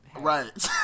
Right